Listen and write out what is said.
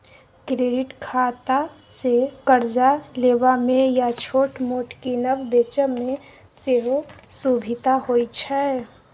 credit खातासँ करजा लेबा मे या छोट मोट कीनब बेचब मे सेहो सुभिता होइ छै